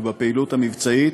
ובפעילות המבצעית,